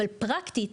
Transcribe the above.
אבל פרקטית,